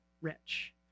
rich